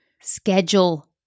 schedule